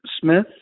Smith